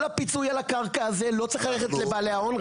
כל הפיצוי על הקרקע הזה לא צריך ללכת לבעלי ההון,